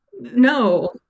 no